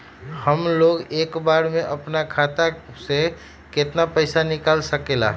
हमलोग एक बार में अपना खाता से केतना पैसा निकाल सकेला?